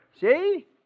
See